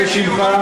בשמך,